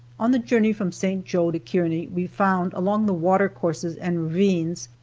on the journey from st. joe to kearney we found, along the water courses and ravines,